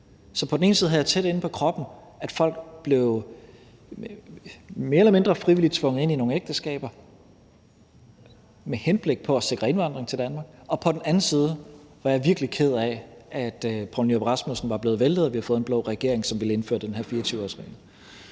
Så på den ene side havde jeg det tæt inde på kroppen, at folk mere eller mindre frivilligt blev tvunget ind i nogle ægteskaber med henblik på at sikre indvandring til Danmark, og på den anden side var jeg virkelig ked af, at Poul Nyrup Rasmussen var blevet væltet, og at vi havde fået en blå regering, som ville indføre den her 24-årsregel.